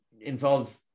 involve